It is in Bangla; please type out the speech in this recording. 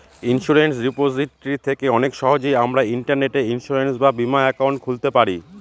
ইন্সুরেন্স রিপোজিটরি থেকে অনেক সহজেই আমরা ইন্টারনেটে ইন্সুরেন্স বা বীমা একাউন্ট খুলতে পারি